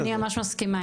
אני ממש מסכימה.